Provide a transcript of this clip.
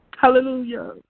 Hallelujah